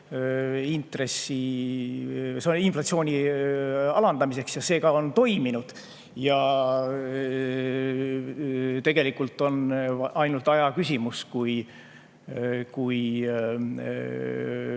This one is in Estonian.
on tõhus hoob inflatsiooni alandamiseks ja see on ka toiminud. Tegelikult on ainult aja küsimus, kui